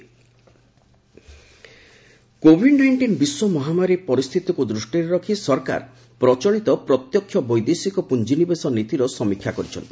FDI policy covid nineteen ବିଶ୍ୱ ମହାମାରୀ ପରିସ୍ଥିତିକୁ ଦୃଷ୍ଟିରେ ରଖି ସରକାର ପ୍ରଚଳିତ ପ୍ରତ୍ୟକ୍ଷ ବୈଦେଶିକ ପୁଞ୍ଜି ନିବେଶ ନୀତିର ସମୀକ୍ଷା କରିଛନ୍ତି